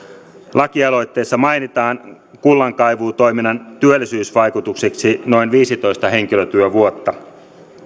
lakialoitteessa mainitaan kullankaivuutoiminnan työllisyysvaikutuksiksi noin viisitoista henkilötyövuotta